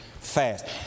fast